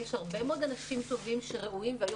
יש הרבה מאוד אנשים טובים שראויים והיו